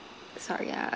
sorry [ah}